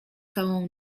całą